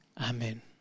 Amen